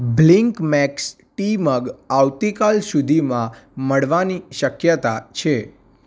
Blinkmax tea mug આવતીકાલ સુધીમાં મળવાની શક્યતા છે